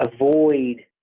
avoid